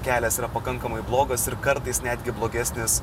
kelias yra pakankamai blogas kartais netgi blogesnis